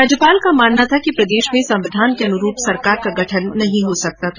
राज्यपाल का मानना था कि प्रदेश में संविधान के अनुरूप सरकार का गठन नहीं हो सकता था